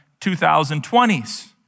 2020s